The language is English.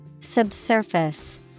Subsurface